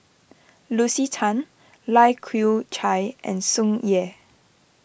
Lucy Tan Lai Kew Chai and Tsung Yeh